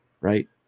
right